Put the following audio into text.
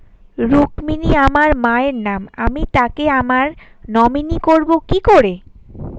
রুক্মিনী আমার মায়ের নাম আমি তাকে আমার নমিনি করবো কি করে?